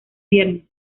viernes